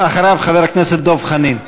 חבר הכנסת גפני,